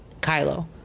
Kylo